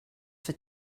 for